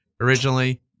originally